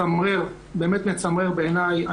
מצמררת, באמת מצמררת בעיניי.